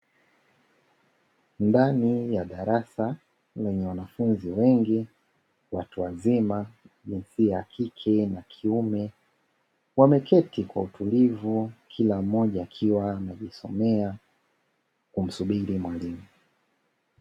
Ndani ya darasa lenye wanafunzi wengi watu wazima jinsia ya kike na kiume, wameketi kwa utulivu kila mmoja akiwa anajisomea kumsubili mwalimu.